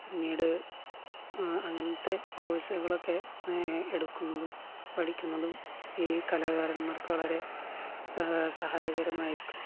പിന്നീട് അങ്ങനത്തെ കോഴ്സുകളൊക്കെ എടുക്കുന്നതും പഠിക്കുന്നതും ഈ കലാകാരന്മാർക്കു വളരെ സഹായകരമായിരിക്കും